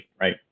right